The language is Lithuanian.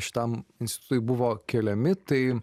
šitam institutui buvo keliami tai